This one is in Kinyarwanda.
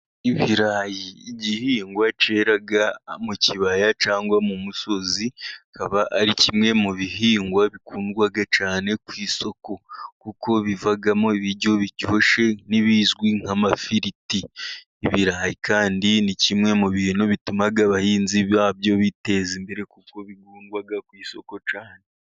Ibirayi igihingwa cyera mu kibaya cyangwa mu musozi akaba ari kimwe mu bihingwa bikundwa cyane ku isoko, kuko bivamo ibiryo biryoshye n'ibizwi nk'amafiriti, ibirayi kandi ni kimwe mu bintu bituma abahinzi babyo biteza imbere kuko bikundwa ku isoko cyane.